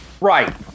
Right